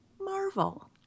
Marvel